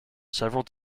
several